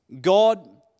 God